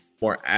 more